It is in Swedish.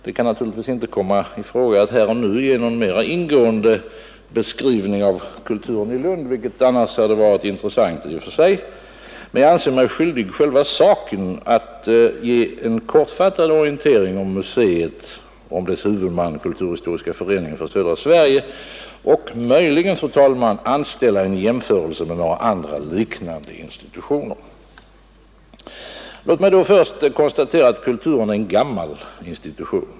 Det kan naturligtvis inte komma i fråga att här och nu ge någon mera ingående beskrivning av Kulturen i Lund, vilket annars hade varit intressant i och för sig, men jag anser mig skyldig själva saken att ge en kortfattad orientering om museet och dess huvudman, dvs. Kulturhistoriska föreningen för södra Sverige, och möjligen anställa en jämförelse med några andra, liknande institutioner. Låt mig då först konstatera att Kulturen i Lund är en gammal institution.